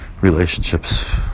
relationships